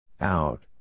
Out